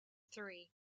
three